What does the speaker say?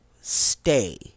stay